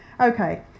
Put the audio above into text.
Okay